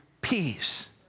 peace